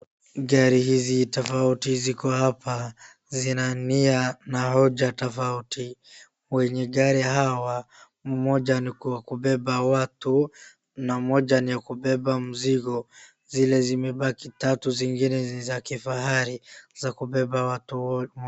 Gari hizi tofauti ziko hapa zina nia na hoja tofauti. Wenye gari hawa mmoja ni kwa kubeba watu na mmoja ni ya kubeba mzigo. Zile zimebaki tatu zingine ni za kifahari ni kubeba.